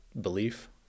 belief